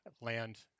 land